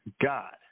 God